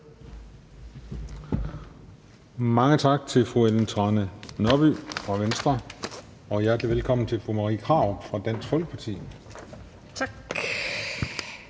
Mange tak til fru Ellen Trane Nørby fra Venstre og hjertelig velkommen til fru Marie Krarup fra Dansk Folkeparti. Kl.